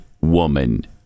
woman